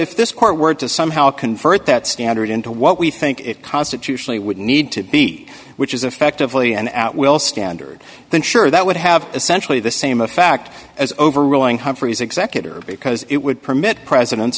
if this court were to somehow convert that standard into what we think it constitutionally would need to be which is effectively an at will standard then sure that would have essentially the same of fact as overruling humphrey's executor because it would permit presidents